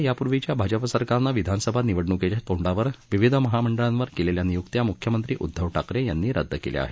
राज्यातील यापूर्वीच्या भाजप सरकारनं विधानसभा निवडणुकीच्या तोंडावर विविध महामंडळावर केलेल्या नियुक्त्या मुख्यमंत्री उद्धव ठाकरे यांनी रद्द केल्या आहेत